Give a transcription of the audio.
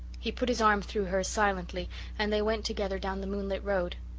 he put his arm through hers silently and they went together down the moonlit road.